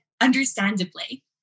understandably